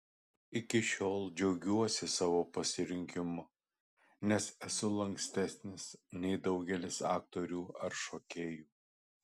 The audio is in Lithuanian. iki šiol džiaugiuosi savo pasirinkimu nes esu lankstesnis nei daugelis aktorių ar šokėjų